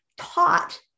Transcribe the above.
taught